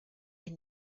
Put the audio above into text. est